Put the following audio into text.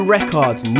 Records